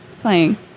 playing